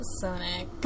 Sonic